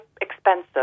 expensive